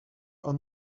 are